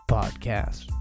podcast